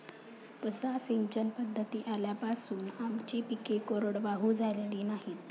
उपसा सिंचन पद्धती आल्यापासून आमची पिके कोरडवाहू झालेली नाहीत